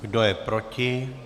Kdo je proti?